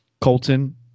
Colton